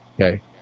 Okay